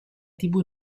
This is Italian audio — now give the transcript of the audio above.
tribù